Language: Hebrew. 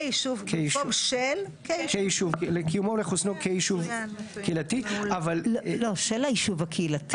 לא, של היישוב הקהילתי.